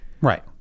Right